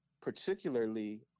particularly